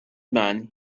man